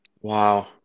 Wow